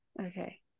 okay